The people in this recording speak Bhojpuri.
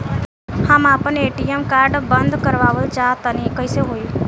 हम आपन ए.टी.एम कार्ड बंद करावल चाह तनि कइसे होई?